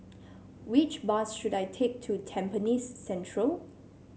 which bus should I take to Tampines Central